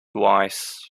wise